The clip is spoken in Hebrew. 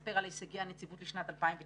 ולספר על הישגי הנציבות לשנת 2019